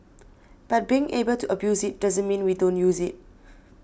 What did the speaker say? but being able to abuse it doesn't mean we don't use it